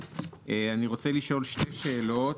אני רוצה לשאול שתי שאלות.